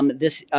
um this